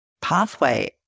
pathway